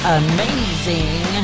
amazing